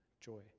joy